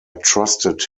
trusted